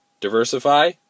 diversify